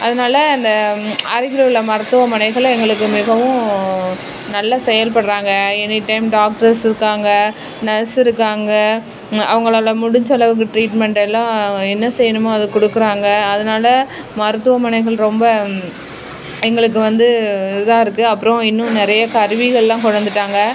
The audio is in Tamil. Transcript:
அதனால அந்த அருகில் உள்ள மருத்துவமனைகள் எங்களுக்கு மிகவும் நல்ல செயல்படுறாங்க எனி டைம் டாக்டர்ஸ் இருக்காங்க நர்ஸு இருக்காங்க அவங்களால் முடிஞ்ச அளவுக்கு ட்ரீட்மெண்ட் எல்லாம் என்ன செய்யணுமோ அதை கொடுக்குறாங்க அதனாலே மருத்துவமனைகள் ரொம்ப எங்களுக்கு வந்து இதாக இருக்குது அப்புறோம் இன்னும் நிறைய கருவிகளெல்லாம் கொண்டு வந்துவிட்டாங்க